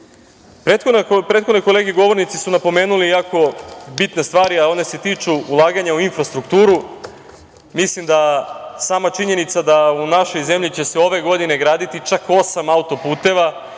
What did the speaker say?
posluje. Prethodne kolege govornici su napomenuli jako bitne stvari, a one se tiču ulaganja u infrastrukturu. Mislim da sama činjenica da će se u našoj zemlji ove godine graditi čak osam autoputeva